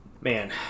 man